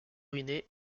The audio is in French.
ruiné